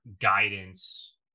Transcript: guidance